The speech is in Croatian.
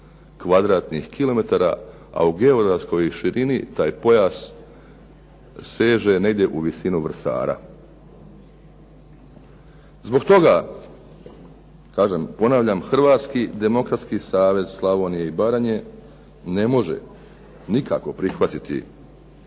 kvadratnih kilometara. A u geografskoj širini taj pojas seže negdje u visinu Vrsara. Zbog toga, kažem ponavljam, Hrvatski demokratski savez Slavonije i Baranje ne može nikako prihvatiti